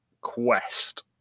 Quest